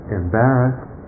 embarrassed